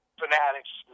fanatics